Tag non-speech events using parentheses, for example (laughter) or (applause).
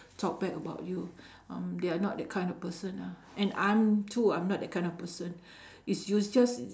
talk bad about you (breath) um they are not that kind of person ah and I'm too I'm not that kind of person (breath) is yous just